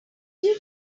funny